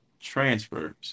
transfers